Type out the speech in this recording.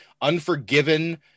Unforgiven